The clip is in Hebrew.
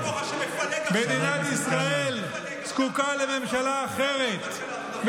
מדינת ישראל זקוקה לממשלה אחרת,